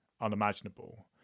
unimaginable